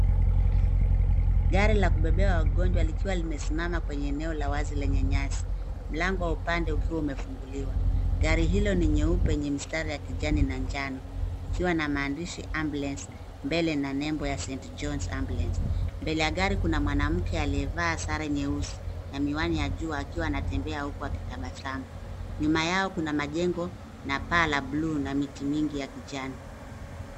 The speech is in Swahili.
Gari la kubebea wagonjwa likiwa limesimama kwenye eneo la wazi lenye nyasi, mlango wa upande ukiwa umefunguliwa. Gari hilo ni nyeupe yenye mistari ya kijani na njano ikiwa na maandishi ambulance mbele na nembo ya Saint John's Ambulance . Mbele ya gari kuna mwanamke aliyevaa sare nyeusi na miwani ya jua akiwa anatembea huku akitabasamu. Nyuma yao kuna majengo na paa la buluu na miti mingi ya kijani.